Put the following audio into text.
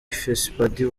fesipadi